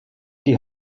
die